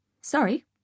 Sorry